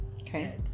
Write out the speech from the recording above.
Okay